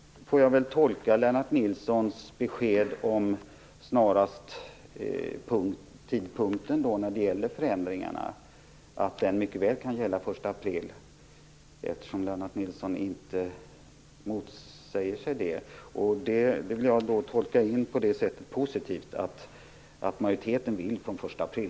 Jag tolkar Lennart Nilssons besked om tidpunkten för förändringarna som att de mycket väl kan gälla från den 1 april. Lennart Nilsson sade ju inte emot det. Det tolkar jag positivt - majoriteten vill helt enkelt att det skall gälla från den 1 april.